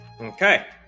Okay